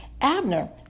Abner